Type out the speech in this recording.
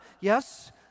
Yes